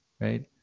right